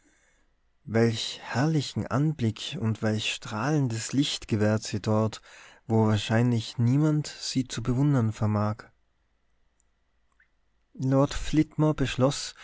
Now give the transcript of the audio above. welch herrlichen anblick und welch strahlendes licht gewährt sie dort wo wahrscheinlich niemand sie zu bewundern vermag